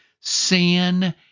sin